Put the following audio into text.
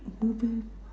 movie